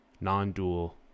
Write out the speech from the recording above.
non-dual